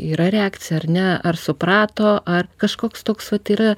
yra reakcija ar ne ar suprato ar kažkoks toks vat yra